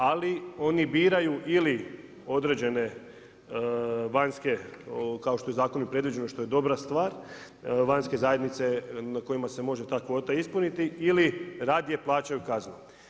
Ali oni biraju ili određene vanjske, kako što je i u zakonu predviđeno, što je dobra stvar, vanjske zajednice na kojima se može ta kvota ispuniti ili radije plaćaju kaznu.